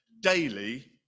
daily